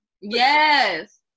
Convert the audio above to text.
Yes